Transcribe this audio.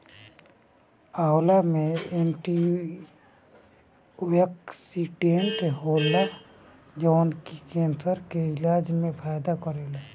आंवला में एंटीओक्सिडेंट होला जवन की केंसर के इलाज में फायदा करेला